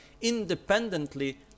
independently